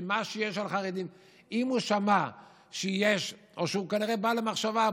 אם הוא שמע או שהוא כנראה בא למחשבה,